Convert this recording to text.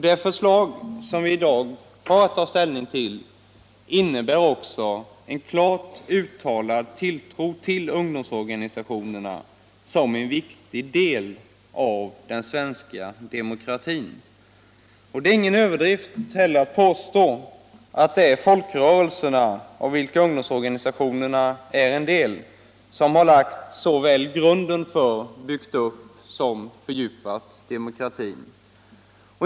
Det förslag som vi i dag har att ta ställning till innebär också en klart uttalad tilltro till ungdomsorganisationerna som ett viktigt inslag i den svenska demokratin. Det är ingen överdrift att påstå att det är folkrörelserna, av vilka ungdomsorganisationerna är en del, som har lagt grunden för, byggt upp och fördjupat demokratin.